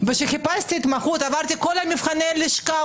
כשחיפשתי התמחות עברתי את כל מבחני הלשכה,